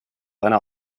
einer